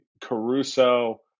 Caruso